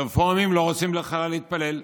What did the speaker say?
הרפורמים לא רוצים להתפלל,